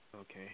Okay